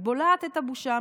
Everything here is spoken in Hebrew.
היא בולעת את הבושה,